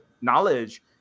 knowledge